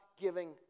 giving